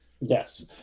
yes